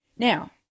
Now